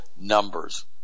numbers